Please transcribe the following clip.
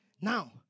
now